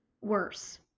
worse